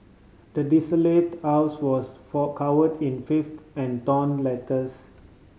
the desolated was for covered in filth and torn letters